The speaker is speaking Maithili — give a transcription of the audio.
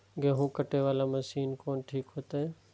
गेहूं कटे वाला मशीन कोन ठीक होते?